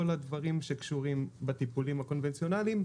כל הדברים שקשורים בטיפולים הקונבנציונליים,